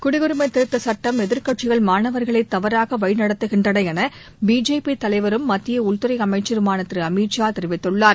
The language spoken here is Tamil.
குடியுரிமை திருத்த சுட்டம் குறித்து எதிர்க்கட்சிகள் மாணவர்களை தவறாக வழிநடத்துகின்றன என பிஜேபி தலைவரும் மத்திய உள்துறை அமைச்சருமான திரு அமித் ஷா தெரிவித்துள்ளார்